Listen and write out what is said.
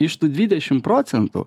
iš tų dvidešim procentų